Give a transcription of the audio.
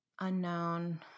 unknown